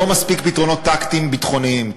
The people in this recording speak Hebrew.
לא מספיק, פתרונות טקטיים ביטחוניים.